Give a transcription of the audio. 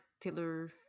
Taylor